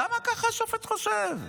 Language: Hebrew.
למה השופט חושב ככה?